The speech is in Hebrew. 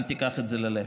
אל תיקח את זה ללב.